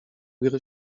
gry